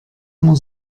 immer